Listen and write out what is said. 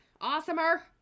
awesomer